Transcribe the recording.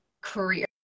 career